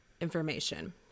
information